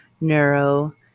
neuro